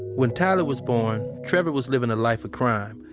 when tyler was born, trevor was living a life of crime,